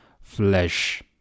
flesh